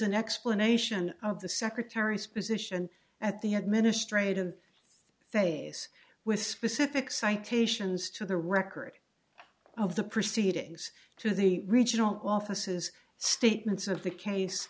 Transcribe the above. an explanation of the secretary's position at the administrative face with specific citations to the record of the proceedings to the regional offices statements of the case